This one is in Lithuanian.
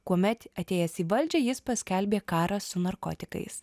kuomet atėjęs į valdžią jis paskelbė karą su narkotikais